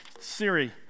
Siri